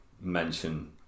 mention